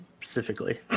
specifically